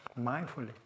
mindfully